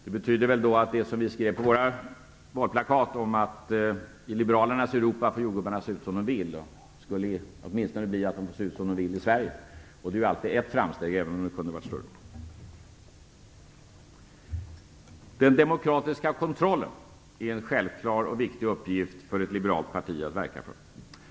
Det betyder väl att det som vi skrev på våra valplakat, om att i liberalernas Europa får jordgubbarna se ut som de vill, skulle åtminstone bli att de får se ut som de vill i Sverige, och det är ju alltid ett framsteg, även om det kunde ha varit större. Den demokratiska kontrollen är en självklar och viktig uppgift för ett liberalt parti att verka för.